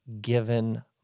given